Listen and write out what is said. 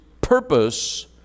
purpose